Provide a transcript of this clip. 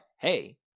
hey